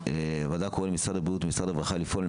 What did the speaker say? הוועדה קוראת למשרד הבריאות ומשרד הרווחה לפעול על